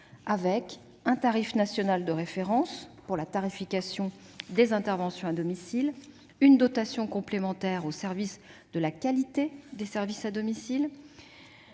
d'un tarif national de référence pour la tarification des interventions à domicile, d'une dotation complémentaire au service de la qualité des services à domicile